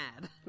mad